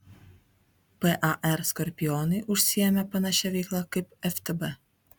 par skorpionai užsiėmė panašia veikla kaip ftb